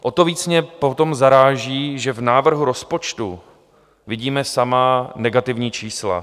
O to víc mě potom zaráží, že v návrhu rozpočtu vidíme samá negativní čísla.